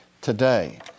today